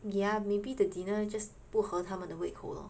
ya maybe the dinner just 不和他们的胃口 lor